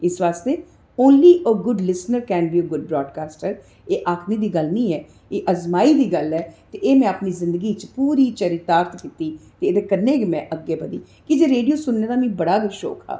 इस आस्तै only good listener can be a good broadcaster एह् आक्खने दी गल्ल नेईं ऐ एह् अज़माई दी गल्ल ऐ ते एह् में अपनी ज़िंदगी च पूरी चरितार्थ कीती दी ऐ एह्दे कन्नै गै अऊं अग्गै बधी रेडियो सुनने दा मिगी बड़ा गै शौक हा